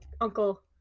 uncle